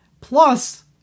Plus